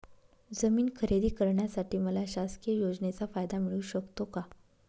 जमीन खरेदी करण्यासाठी मला शासकीय योजनेचा फायदा मिळू शकतो का?